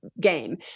game